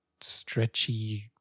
stretchy